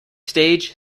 stage